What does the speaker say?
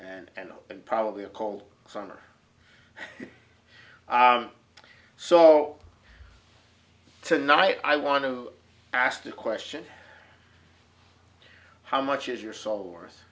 and and and probably a cold summer so tonight i want to ask the question how much is your soul worth